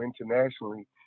internationally